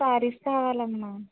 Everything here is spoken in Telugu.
సారీస్ కావాలమ్మా